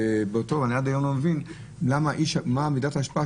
עד היום אני לא מבין מה מידת ההשפעה